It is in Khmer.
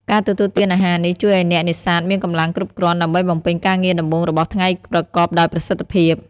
ការទទួលទានអាហារនេះជួយឲ្យអ្នកនេសាទមានកម្លាំងគ្រប់គ្រាន់ដើម្បីបំពេញការងារដំបូងរបស់ថ្ងៃប្រកបដោយប្រសិទ្ធភាព។